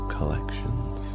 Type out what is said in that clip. Collections